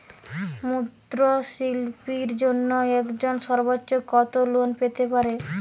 ক্ষুদ্রশিল্পের জন্য একজন সর্বোচ্চ কত লোন পেতে পারে?